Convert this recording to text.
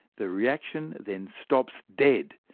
the reaction then stops dead.